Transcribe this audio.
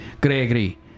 Gregory